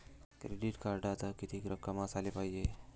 Credit कार्डात कितीक रक्कम असाले पायजे?